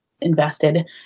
invested